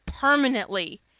permanently